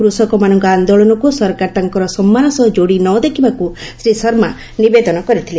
କୃଷକମାନଙ୍କ ଆନ୍ଦୋଳନକୁ ସରକାର ତାଙ୍କର ସମ୍ମାନ ସହ ଯୋଡ଼ି ନ ଦେଖିବାକୁ ଶ୍ରୀ ଶର୍ମା ନିବେଦନ କରିଥିଲେ